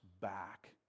back